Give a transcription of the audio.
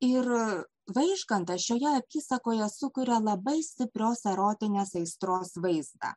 ir vaižgantas šioje apysakoje sukuria labai stiprios erotinės aistros vaizdą